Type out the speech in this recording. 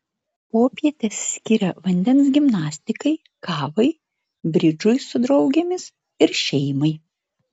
popietes skiria vandens gimnastikai kavai bridžui su draugėmis ir šeimai